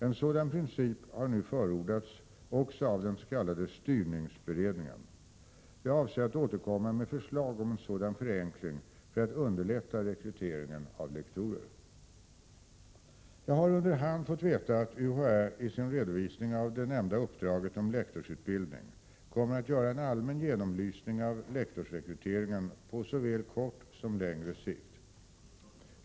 En sådan princip har nu förordats också av den s.k. styrningsberedningen . Jag avser att återkomma med förslag om en sådan förenkling för att underlätta rekryteringen av lektorer. Jag har under hand fått veta att UHÄ i sin redovisning av det nämnda uppdraget om lektorsutbildning kommer att göra en allmän genomlysning av lektorsrekryteringen på såväl kort som längre sikt.